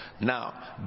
Now